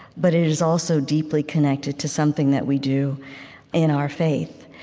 but it is also deeply connected to something that we do in our faith.